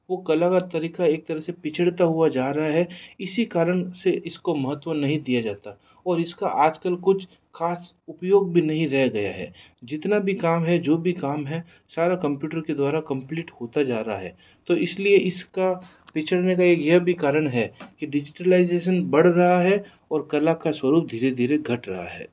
वो कला का तरीक़ा एक तरह से पिछड़ता हुआ जा रहा है इसी कारण से इसको महत्व नहीं दिया जाता और इसका आज कल कुछ ख़ास उपयोग भी नहीं रह गया है जितना भी काम है जो भी काम है सारा कम्प्यूटर के द्वारा कम्प्लीट होता जा रहा है तो इस लिए इसका पिछड़ने का एक यह भी कारण है कि डिजिटलाइजेसन बढ़ रहा है और कला का स्वरूप धीरे धीरे घट रहा है